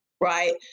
right